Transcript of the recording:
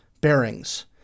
bearings